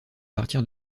partir